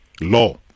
law